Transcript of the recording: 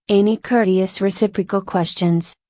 any courteous reciprocal questions,